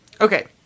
Okay